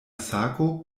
sako